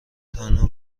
تنها